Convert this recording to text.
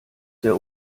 der